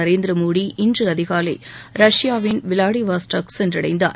நரேந்திர மோடி இன்று அதிகாலை ரஷ்யாவின் விளாடிவாஸ்டாக் சென்றடைந்தார்